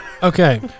Okay